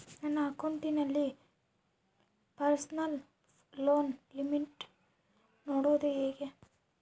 ನನ್ನ ಅಕೌಂಟಿನಲ್ಲಿ personal loan limit ನೋಡದು ಹೆಂಗೆ?